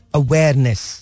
awareness